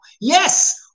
Yes